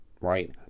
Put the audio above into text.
right